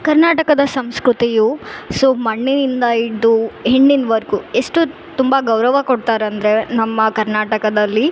ಕರ್ನಾಟಕದ ಸಂಸ್ಕೃತಿಯು ಸೊ ಮಣ್ಣಿನಿಂದ ಹಿಡ್ದು ಹೆಣ್ಣಿನವರ್ಗು ಎಷ್ಟು ತುಂಬ ಗೌರವ ಕೊಡ್ತಾರಂದರೆ ನಮ್ಮ ಕರ್ನಾಟಕದಲ್ಲಿ